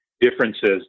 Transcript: differences